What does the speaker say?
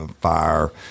fire